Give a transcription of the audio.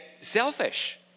selfish